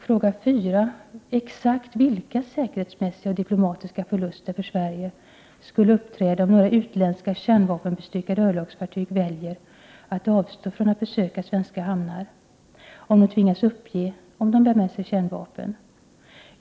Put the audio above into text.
4. Exakt vilka säkerhetsmässiga och diplomatiska förluster för Sverige skulle uppträda om några utländska kärnvapenbestyckade örlogsfartyg 117 väljer att avstå från att besöka svenska hamnar, om de tvingas uppge om de bär med sig kärnvapen?